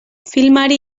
filmari